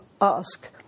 ask